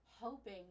hoping